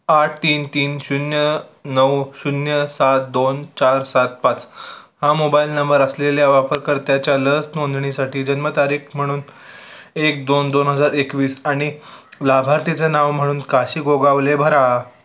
आठ तीन तीन शून्य नऊ शून्य सात दोन चार सात पाच हा मोबाईल नंबर असलेल्या वापरकर्त्याच्या लस नोंदणीसाठी जन्मतारीख म्हणून एक दोन दोन हजार एकवीस आणि लाभार्थीचं नाव म्हणून काशी गोगावले भरा